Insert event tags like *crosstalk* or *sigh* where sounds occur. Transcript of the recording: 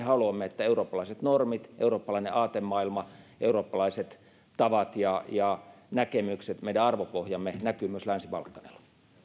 *unintelligible* haluamme että eurooppalaiset normit eurooppalainen aatemaailma eurooppalaiset tavat ja ja näkemykset meidän arvopohjamme näkyy myös länsi balkanilla